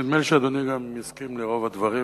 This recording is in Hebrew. נדמה לי שאדוני גם יסכים לרוב הדברים,